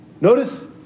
Notice